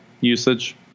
usage